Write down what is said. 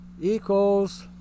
equals